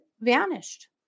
vanished